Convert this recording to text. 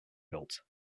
built